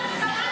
44 בעד,